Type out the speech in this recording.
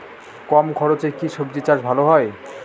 কম খরচে কি সবজি চাষ ভালো হয়?